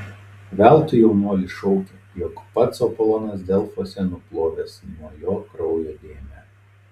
veltui jaunuolis šaukė jog pats apolonas delfuose nuplovęs nuo jo kraujo dėmę